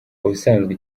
ubusanzwe